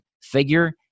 figure